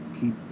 keep